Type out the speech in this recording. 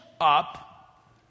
up